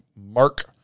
Mark